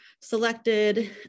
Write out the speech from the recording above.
selected